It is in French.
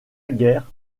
guerre